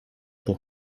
pour